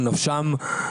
על נפשם,